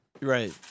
Right